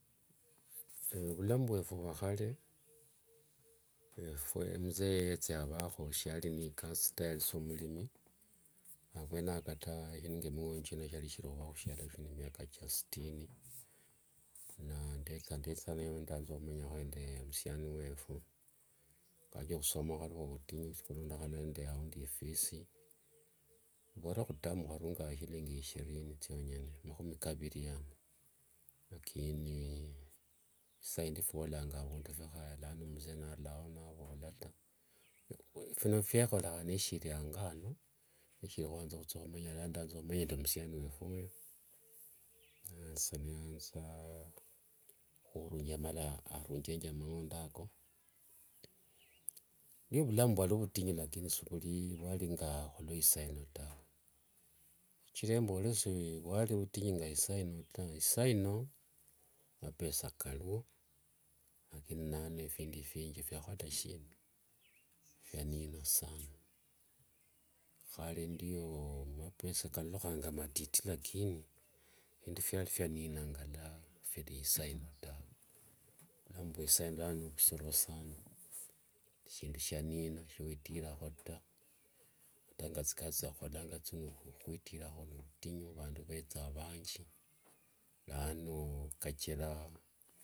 Ovulamu vwefu vwa hare, efwe mzee yetsa yavaho shiyari ne ikasi ta yari sa omurimi, ne avwene ao kata eshindu nge mihonyo chino chiari kishiri ohuva husialo huno emiaka chia sitini, na ndetsa ndaanza humenya nde omusiani wefwe, kwa hivyo ohusoma hwari huvutinyu hulondokhana nde aundi ifees, engorwa huterm hwarunganga eshillingi ishirini tsiong'one, mahumi kaviri yaaani, lakini isaindi fiolanga avundu vihaya lano mzee narulayo navoola ta, fino vyehoreha neshiri ango ano neshiri hwanza hutsia humenya lano ndaanza humenya ne omusiani wefwe oyo, sasa niyaanza huri nge yamala arungenge amang'ondo ako, ndiwo ovulamu vwari ovutinyu lakini sivuri vwari nga vweisaino tawe, shichira embole sivuari ovutinyu nge isaino tawe, isaino mapesa kariwo, lakini nano efindu vingi fiahola eshina efianina sanaa, ehare ndioo mapesa kalolohanga matiti lakini efindu fiari fianina ngalwa firi isaino tawe, vulamu vwe isaino ne vushiro saana, vurishindu shanina shiowitiraho ta, ata nga etsikasi tsia ehuholanga etsino ohwitiraho ni vutinyu avandu veetsa avanji lano kachira……